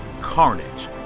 Carnage